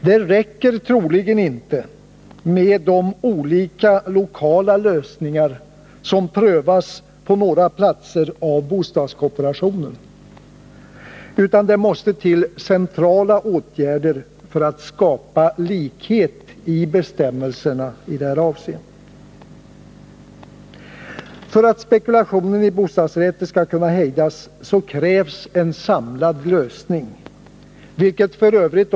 Det räcker troligen inte med de olika lokala lösningar som prövas på några platser av bostadskooperationen, utan det måste till centrala åtgärder för att skapa likhet i bestämmelserna i det här avseendet. För att spekulationen i bostadsrätter skall kunna hejdas krävs en samlad lösning, vilket f.ö.